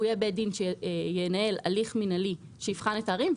אותו בית דין ינהל הליך מינהלי שיבחן את העררים,